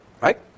right